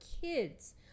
kids